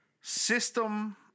system